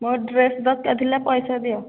ମୋ ଡ୍ରେସ୍ ଦରକାର ଥିଲା ପଇସା ଦିଅ